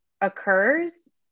occurs